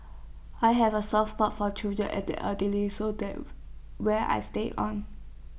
I have A soft spot for children and the elderly so that have where I stayed on